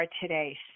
today